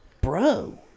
Bro